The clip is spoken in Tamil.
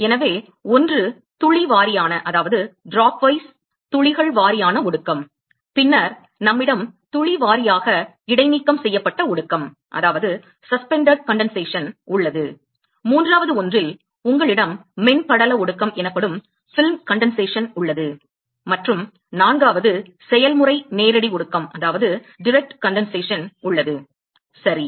எனவே ஒன்று துளி வாரியான துளிகள் வாரியான ஒடுக்கம் பின்னர் நம்மிடம் துளி வாரியாக இடைநீக்கம் செய்யப்பட்ட ஒடுக்கம் உள்ளது மூன்றாவது ஒன்றில் உங்களிடம் மென் படல ஒடுக்கம் உள்ளது மற்றும் நான்காவது செயல்முறை நேரடி ஒடுக்கம் சரி